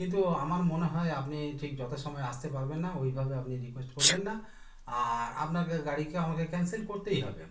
কিন্তু আমার মনে হয় আপনি ঠিক যথাসময়ে আসতে পারবেন না ওইভাবে আপনি রিকোয়েস্ট করবেন না আর আপনাকে গাড়িকে আমাকে ক্যান্সেল করতেই হবে